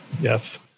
Yes